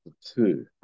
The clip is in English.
two